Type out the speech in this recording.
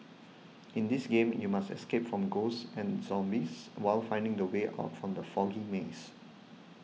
in this game you must escape from ghosts and zombies while finding the way out from the foggy maze